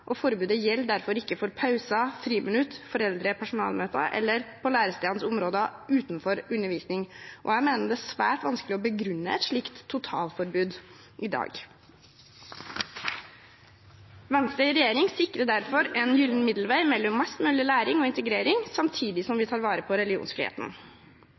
og forelesningssaler. Forbudet gjelder derfor ikke for pauser, friminutt, foreldre- og personalmøter eller på lærestedenes områder utenom undervisning. Jeg mener det er svært vanskelig å begrunne et slikt totalforbud i dag. Venstre i regjering sikrer derfor en gyllen middelvei mellom mest mulig læring og integrering, samtidig som